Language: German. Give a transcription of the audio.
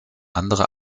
andere